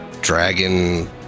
dragon